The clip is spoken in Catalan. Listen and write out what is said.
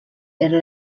era